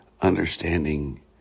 understanding